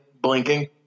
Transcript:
Blinking